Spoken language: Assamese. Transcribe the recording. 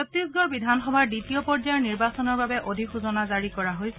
ছত্তিশগড় বিধানসভাৰ দ্বিতীয় পৰ্যায়ৰ নিৰ্বাচনৰ বাবে অধিসূচনা জাৰি কৰা হৈছে